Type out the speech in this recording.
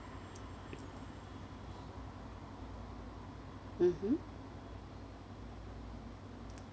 mmhmm